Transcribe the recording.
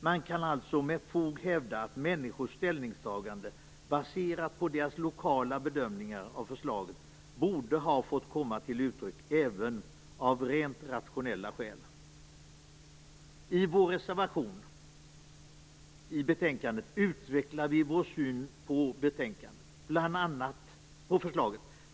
Man kan alltså med fog hävda att människors ställningstagande, baserat på deras lokala bedömningar av förslaget, borde ha fått komma till uttryck även av rent rationella skäl. I vår reservation i betänkandet utvecklar vi vår syn på förslaget.